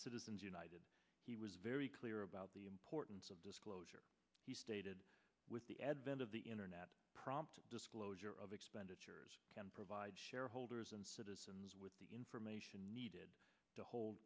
citizens united he was very clear about the importance of disclosure he stated with the advent of the internet prompt disclosure of expenditures can provide shareholders and citizens with the information needed to hol